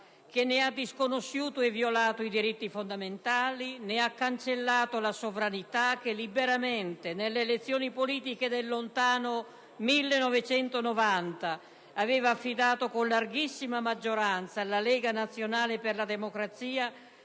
che ne ha disconosciuto e violato i diritti fondamentali e ne ha cancellato la sovranità che, liberamente, nelle elezioni politiche del lontano 1990, aveva affidato con larghissima maggioranza alla Lega nazionale per la democrazia,